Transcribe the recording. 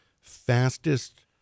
fastest